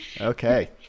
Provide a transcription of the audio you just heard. Okay